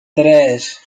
tres